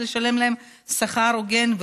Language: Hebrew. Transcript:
ולשלם להם שכר הוגן,